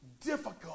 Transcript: difficult